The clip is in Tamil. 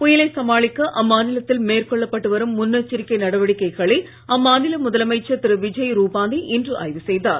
புயலை சமாளிக்க அம்மாநிலத்தில் மேற்கொள்ளப்பட்டு வரும் முன்னெச்சரிக்கை நடவடிக்கைகளை அம்மாநில முதலமைச்சர் திரு விஜய் ரூபானி இன்று ஆய்வு செய்தார்